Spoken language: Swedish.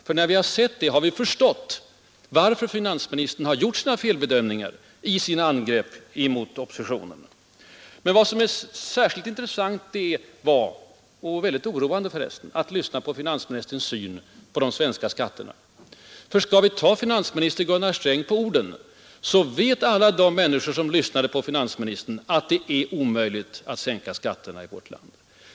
Men vi har förstått, varför finansministern har gjort sina felbedömningar i sina angrepp mot oppositionen. Det var särskilt intressant — och väldigt oroande, för resten — att lyssna på finansministerns syn på de svenska skatterna. Skall vi ta finansminister Gunnar Sträng på orden, då vet nu alla de människor som lyssnade på finansministern att han anser det omöjligt att sänka skatterna i vårt land.